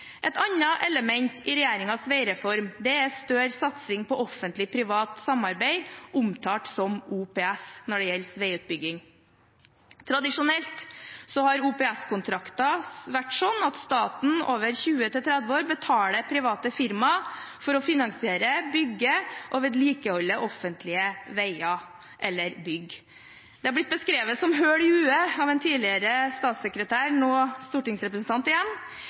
Et annet element i regjeringens veireform er større satsing på offentlig–privat samarbeid, omtalt som OPS, når det gjelder veiutbygging. Tradisjonelt har OPS-kontrakter vært sånn at staten over 20–30 år betaler private firma for å finansiere, bygge og vedlikeholde offentlige veier eller bygg. Det har blitt beskrevet som «høl i hue» av en tidligere statssekretær, så stortingsrepresentant igjen.